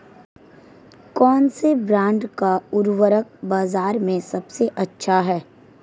कौनसे ब्रांड का उर्वरक बाज़ार में सबसे अच्छा हैं?